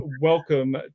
welcome